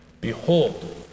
behold